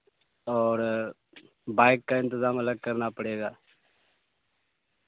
اور بائک کا انتظام الگ کرنا پڑے گا